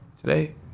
Today